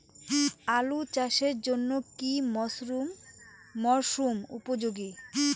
আলু চাষের জন্য কি মরসুম উপযোগী?